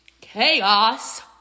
chaos